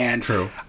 True